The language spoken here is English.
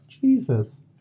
jesus